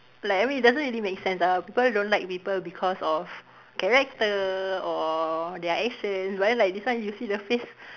like I mean it doesn't really make sense ah people don't like people because of character or their actions but then like this one you see the face